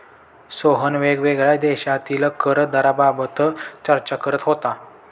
सोहन वेगवेगळ्या देशांतील कर दराबाबत चर्चा करत होता